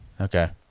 Okay